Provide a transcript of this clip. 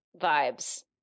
vibes